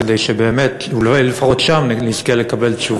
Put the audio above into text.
כדי שבאמת אולי לפחות שם נזכה לקבל תשובה.